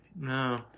no